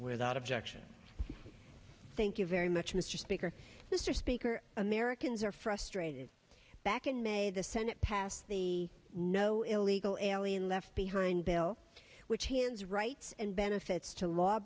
without objection thank you very much mr speaker mr speaker americans are frustrated back in may the senate passed the no illegal alien left behind bill which has rights and benefits to law